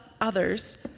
others